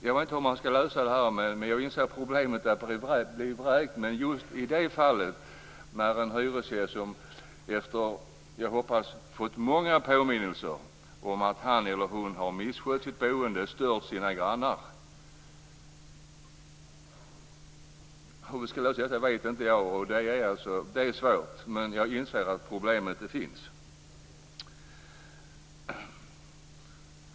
Jag vet inte hur man ska lösa detta, men jag inser problemet i just det fallet när en hyresgäst efter att ha fått, hoppas jag, många påminnelser om att han eller hon misskött sitt boende och stört sina grannar blir vräkt. Hur man ska kunna lösa detta vet inte jag, för det är svårt, men jag inser att problemet finns.